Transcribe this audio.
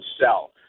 sell